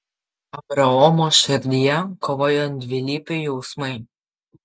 abraomo širdyje kovojo dvilypiai jausmai